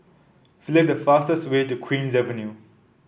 select the fastest way to Queen's Avenue